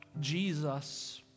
Jesus